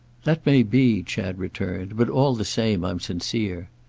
that may be, chad returned but all the same i'm sincere.